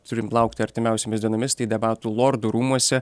turim laukti artimiausiomis dienomis tai debatų lordų rūmuose